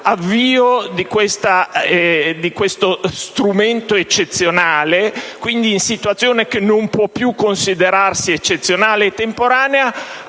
di questo strumento eccezionale (quindi in situazione che non può più considerarsi eccezionale e temporanea),